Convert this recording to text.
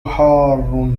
حار